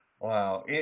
Wow